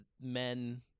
men